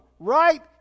Right